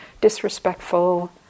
disrespectful